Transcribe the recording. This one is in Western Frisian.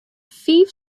fiif